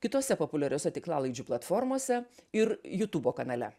kitose populiariose tiklalaidžių platformose ir jutubo kanale